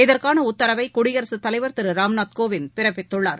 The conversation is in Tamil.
இதற்கான உத்தரவை குடியரசுத் தலைவர் திரு ராம்நாத் கோவிந்த் பிறப்பித்துள்ளார்